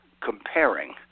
comparing